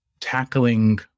tackling